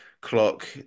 clock